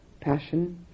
Passion